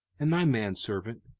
and thy manservant,